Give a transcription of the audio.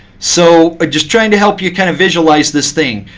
so just trying to help you kind of visualize this thing.